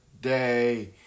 day